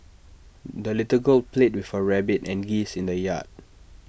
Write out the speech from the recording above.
the little girl played with her rabbit and geese in the yard